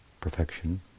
perfection